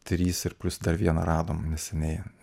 trys ir dar vieną radom neseniai